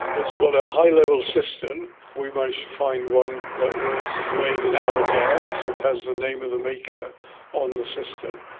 it's got a high level cistern. we managed to find one that was made in aberdare, so it has the name of the maker on the cistern.